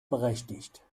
berechtigt